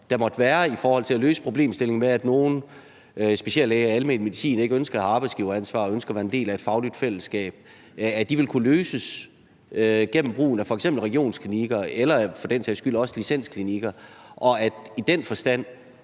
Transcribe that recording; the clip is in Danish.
der måtte være i forhold til at løse problemstillingen med, at nogle speciallæger i almen medicin ikke ønsker at have arbejdsgiveransvar og ønsker at være en del af et fagligt fællesskab, ville kunne løses gennem brugen af f.eks. regionsklinikker eller for den sags skyld også licensklinikker, og at det i den forstand